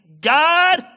God